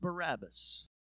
Barabbas